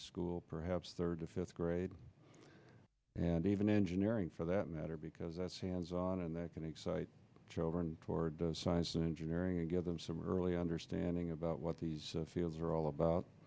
school perhaps third to fifth grade and even engineering for that matter because that's hands on and that can excite children toward science and engineering and give them some early understanding about what these fields are all about